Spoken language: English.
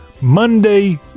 monday